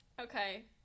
Okay